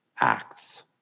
acts